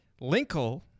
Linkle